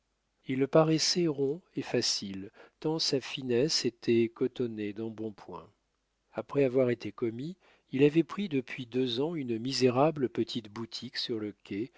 il paraissait rond et facile tant sa finesse était cotonnée d'embonpoint après avoir été commis il avait pris depuis deux ans une misérable petite boutique sur le quai